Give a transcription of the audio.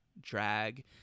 Drag